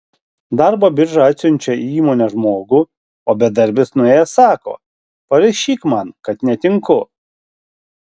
darbo birža atsiunčia į įmonę žmogų o bedarbis nuėjęs sako parašyk man kad netinku